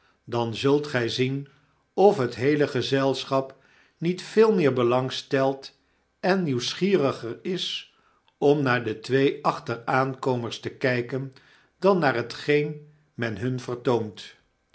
dan zult gy zien of het heele gezelschap niet veel meer belang stelt en nieuwsgieriger is om naar die toee achteraankomers te kyken dan naar hetgeen men hun vertoont